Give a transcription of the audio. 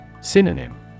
Synonym